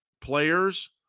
players